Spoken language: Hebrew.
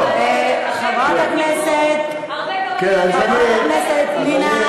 חברת הכנסת פנינה,